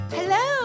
Hello